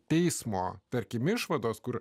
teismo tarkim išvados kur